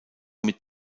mit